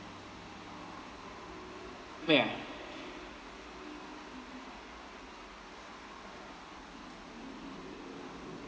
ya